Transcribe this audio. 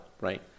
right